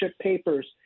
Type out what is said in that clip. papers